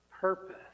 purpose